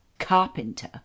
Carpenter